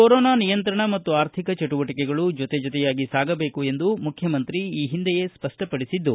corona ನಿಯಂತ್ರಣ ಮತ್ತು ಆರ್ಥಿಕ ಚಟುವಟಿಕೆಗಳು ಜೊತೆ ಜೊತೆಯಾಗಿ ಸಾಗಬೇಕು ಎಂದು ಮುಖ್ಯಮಂತ್ರಿ ಈ ಹಿಂದೆಯೇ ಸಪ್ಪಪಡಿಸಿದ್ದು